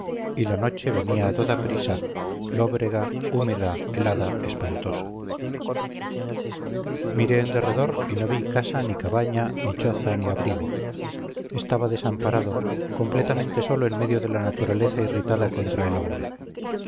y la noche venía a toda prisa lóbrega húmeda helada espantosa miré en derredor y no vi casa ni cabaña ni choza ni abrigo estaba desamparado completamente solo en medio de la naturaleza irritada contra el hombre